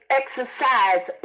exercise